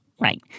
Right